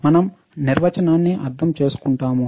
మనం నిర్వచనాన్ని అర్థం చేసుకుంటాము